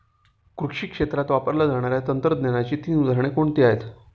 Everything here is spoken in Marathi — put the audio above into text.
कृषी क्षेत्रात वापरल्या जाणाऱ्या तंत्रज्ञानाची तीन उदाहरणे कोणती आहेत?